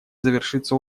завершится